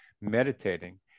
meditating